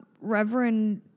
Reverend